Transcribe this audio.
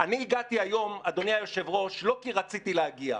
אני הגעתי היום לא כי רציתי להגיע,